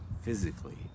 physically